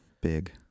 big